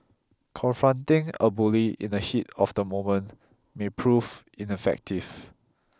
confronting a bully in the heat of the moment may prove ineffective